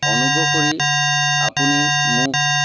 অনুগ্ৰহ কৰি আপুনি মোক